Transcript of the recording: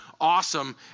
awesome